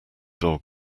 dog